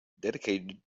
dedicated